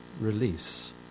release